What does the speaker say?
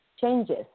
changes